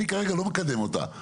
אני כרגע לא מקדם אותה,